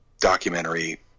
documentary